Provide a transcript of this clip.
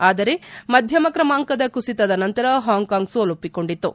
ಆದರೆ ಮಧ್ಯಮ ಕ್ರಮಾಂಕದ ಕುಸಿತದ ನಂತರ ಹಾಂಕಾಂಗ್ ಸೋಲೊಪ್ವಿಕೊಂಡಿತು